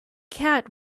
cat